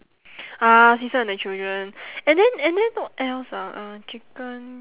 ah seesaw and the children and then and then what else ah uh chicken